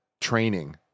training